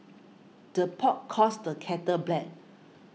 the pot calls the kettle black